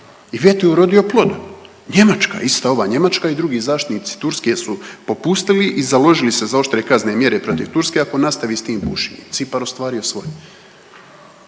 I veto je urodio plodom. Njemačka isto, ova Njemačka i drugi zaštitnici Turske su popustili i založili se za oštre kaznene mjere protiv Turske ako nastavi s tim bušenjem. Cipar ostvario svoje.